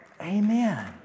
Amen